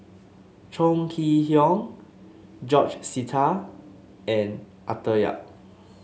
Chong Kee Hiong George Sita and Arthur Yap